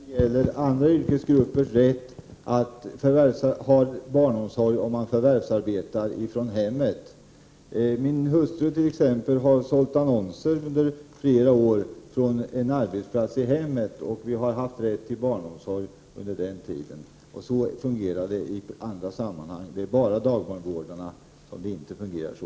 Herr talman! Det finns ingen begränsning när det gäller andra yrkesgruppers rätt till barnomsorg om de förvärvsarbetar i hemmet. Min hustru t.ex. har under flera år sålt annonser från en arbetsplats i hemmet, och vi har haft rätt till barnomsorg under den tiden. Så fungerar det i andra sammanhang också. Det är bara för dagbarnvårdarna som det inte fungerar så.